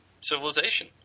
civilization